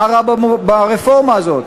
מה רע ברפורמה הזאת?